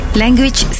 language